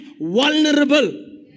vulnerable